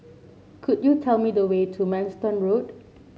could you tell me the way to Manston Road